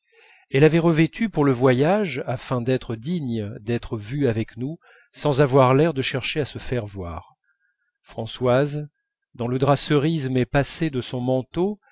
elle avait revêtus pour le voyage afin d'être digne d'être vue avec nous sans avoir l'air de chercher à se faire voir françoise dans le drap cerise mais passé de son manteau